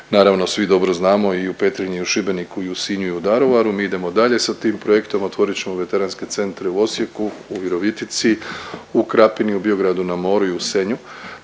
naravno svi dobro znamo i u Petrinji i u Šibeniku i u Sinju i u Daruvaru, mi idemo dalje sa tim projektom. Otvorit ćemo veteranske centre u Osijeku, u Virovitici, u Krapini, u Biogradu na moru i u Senju.